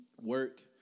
work